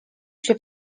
się